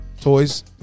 Toys